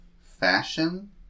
fashion